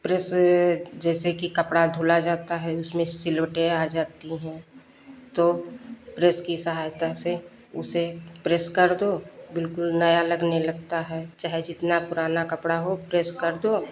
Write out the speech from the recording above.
press जैसे कि कपड़ा धुला जाता है उसमें सिलवटें आ जाती हैं तो प्रेस की सहायता से उसे प्रेस कर दो बिलकुल नया लगने लगता है चाहे जितना पुराना कपड़ा हो प्रेस कर दो